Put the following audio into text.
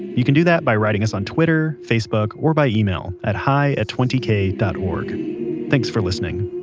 you can do that by writing us on twitter, facebook or by email at hi at twenty k dot org thanks for listening